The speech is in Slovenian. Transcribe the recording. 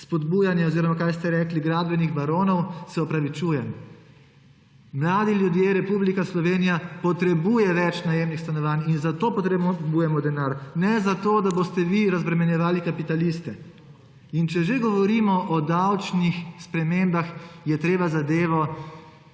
spodbujanje – kaj ste rekli? – gradbenih baronov, se opravičujem. Mladi ljudje, Republika Slovenija potrebujejo več najemnih stanovanj in zato potrebujemo denar, ne zato da boste vi razbremenjevali kapitaliste. In če že govorimo o davčnih spremembah, je treba zadevo